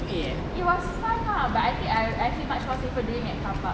it was fun lah but I feel I feel much more safer doing at car park